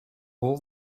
all